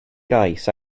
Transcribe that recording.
gais